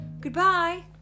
Goodbye